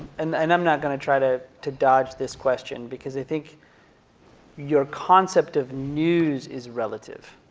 and and i'm not gonna try to to dodge this question because i think your concept of news is relative.